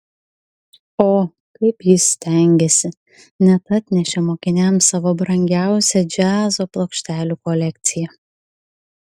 o kaip jis stengėsi net atnešė mokiniams savo brangiausią džiazo plokštelių kolekciją